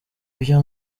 ibyo